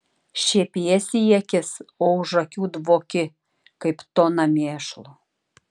šiepiesi į akis o už akių dvoki kaip tona mėšlo